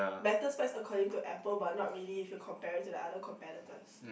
better specs according to Apple but not really if you compare it to the other competitors